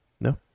No